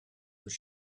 was